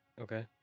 Okay